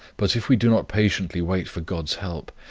but if we do not patiently wait for god's help,